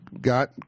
got